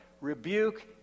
rebuke